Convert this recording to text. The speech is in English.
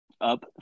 up